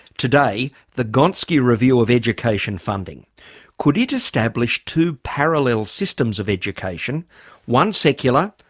today, the gonski review of education funding could it establish two parallel systems of education one secular,